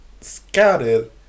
scouted